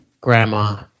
grandma